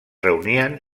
reunien